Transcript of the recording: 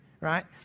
right